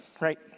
Right